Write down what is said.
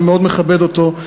ואני מאוד מכבד אותו,